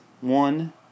One